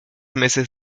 meses